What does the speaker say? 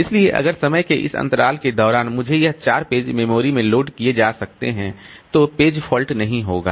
इसलिए अगर समय के इस अंतराल के दौरान मुझे यह चार पेज मेमोरी में लोड किए जा सकते हैं तो पेज फॉल्ट नहीं होगा